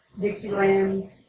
Dixieland